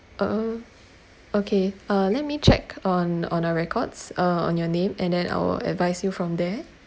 um okay uh let me check on on our records uh on your name and then I'll advise you from there